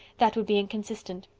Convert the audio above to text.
that would be inconsistent.